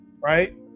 right